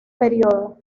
periodo